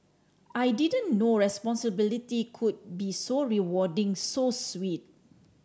I didn't know responsibility could be so rewarding so sweet